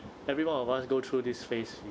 everyone of us go through this phase